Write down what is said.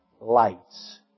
lights